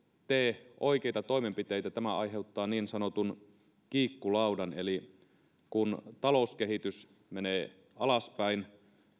tee oikeita toimenpiteitä tämä aiheuttaa niin sanotun kiikkulaudan eli kun talouskehitys menee alaspäin